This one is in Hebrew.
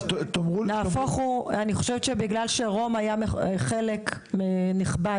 נהפוך הוא; אני חושבת שבגלל שרום היה חלק נכבד